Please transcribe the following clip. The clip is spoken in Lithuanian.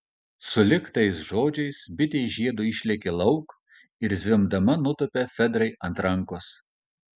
sulig tais žodžiais bitė iš žiedo išlėkė lauk ir zvimbdama nutūpė fedrai ant rankos